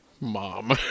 Mom